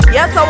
Yes